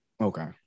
Okay